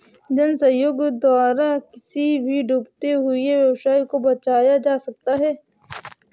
जन सहयोग द्वारा किसी भी डूबते हुए व्यवसाय को बचाया जा सकता है